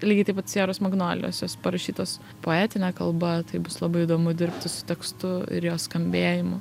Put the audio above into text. lygiai taip pat sieros magnolijos jos parašytos poetinė kalba tai bus labai įdomu dirbti su tekstu ir jo skambėjimu